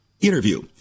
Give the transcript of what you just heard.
interview